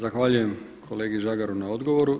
Zahvaljujem kolegi Žagaru na odgovoru.